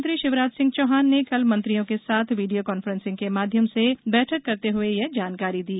मुख्यमंत्री शिवराज सिंह चौहान ने कल मंत्रियों के साथ वीडियो कॉन्फ्रेंसिंग के माध्यम से बैठक करते हुए यह जानकारी दी